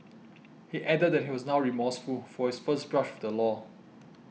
he added that he was now remorseful for his first brush with the law